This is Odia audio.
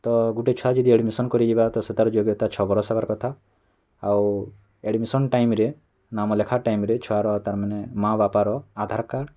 ତ ଗୁଟେ ଛୁଆ ଯଦି ଆଡ଼ମିସନ୍ କରିଯିବା ତ ସେତାର୍ ଯୋଗ୍ୟତା ଛଅ ବରଷ୍ ହେବାର୍ କଥା ଆଉ ଆଡ଼ମିସନ୍ ଟାଇମ୍ରେ ନାମ ଲେଖା ଟାଇମ୍ରେ ଛୁଆର୍ ତା'ର୍ ମାନେ ମାଆ ବାପାର ଆଧାରକାର୍ଡ଼୍